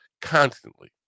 constantly